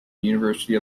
university